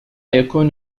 يكون